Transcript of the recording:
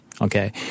okay